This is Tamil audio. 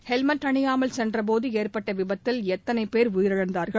ஹெல்மெட் அணியாமல் சென்றபோது ஏற்பட்ட விபத்தில் எத்தனை போ உயிரிழந்தாா்கள்